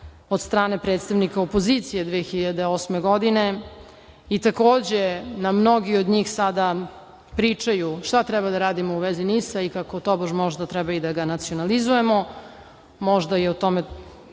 od strane predstavnika opozicije 2008. godine, i takođe na mnogi od njih sada pričaju šta treba da radimo u vezi NIS-a i kako tobož možda treba i da ga nacionalizujemo, možda je o tome